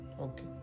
Okay